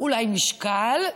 אולי משקל?